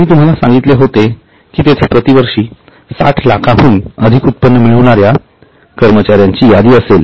मी तुम्हाला सांगितले होते की तेथे प्रतिवर्षी 60 लाखाहून अधिक उत्पन्न मिळविणार्या कर्मचार्यांची यादी असेल